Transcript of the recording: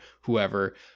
whoever